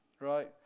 right